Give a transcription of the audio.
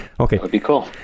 Okay